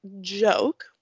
joke